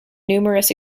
numerous